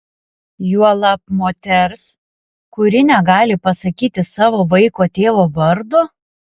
juolab moters kuri negali pasakyti savo vaiko tėvo vardo